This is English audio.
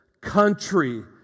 country